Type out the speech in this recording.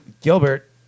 Gilbert